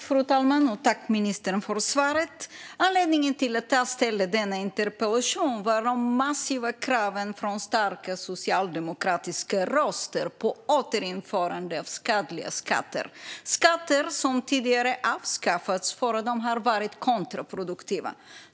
Fru talman! Jag tackar ministern för svaret. Anledningen till att jag ställde denna interpellation var de massiva kraven från starka socialdemokratiska röster på återinförande av skadliga skatter, skatter som tidigare avskaffats för att de varit kontraproduktiva.